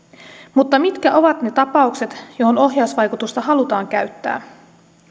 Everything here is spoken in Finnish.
mutta mitkä ovat ne tapaukset joihin ohjausvaikutusta halutaan käyttää